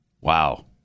Wow